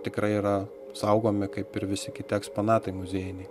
tikrai yra saugomi kaip ir visi kiti eksponatai muziejiniai